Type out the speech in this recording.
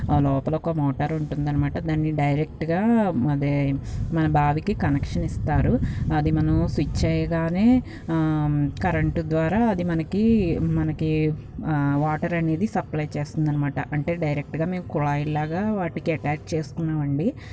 లోపల ఒక మోటర్ ఉంటుంది అన్నమాట దాన్ని డైరెక్ట్గా అదే మన బావికి కనెక్షన్ ఇస్తారు అది మనం స్విచ్ వేయగానే కరెంటు ద్వారా అది మనకి మనకి వాటర్ అనేది సప్లై చేస్తుంది అన్నమాట అంటే డైరెక్ట్గా మేము కుళాయిల్లాగా వాటికి అటాచ్ చేసుకున్నామండి